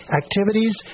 activities